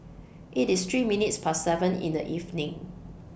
IT IS three minutes Past seven in The evening